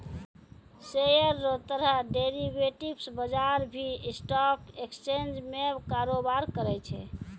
share रो तरह derivatives बजार भी स्टॉक एक्सचेंज में कारोबार करै छै